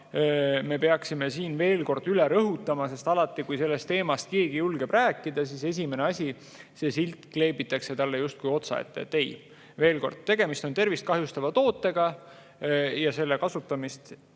me peaksime siin rõhutama, sest alati, kui sellest teemast keegi julgeb rääkida, siis esimese asjana see silt kleebitakse talle justkui otsa ette. Ei, veel kord, tegemist on tervist kahjustavate toodetega ja nende kasutamist